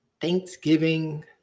thanksgiving